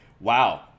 wow